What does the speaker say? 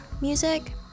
music